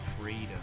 freedom